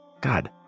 god